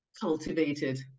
cultivated